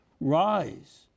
Rise